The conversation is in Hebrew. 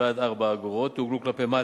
ועד 4 אגורות יעוגלו כלפי מטה,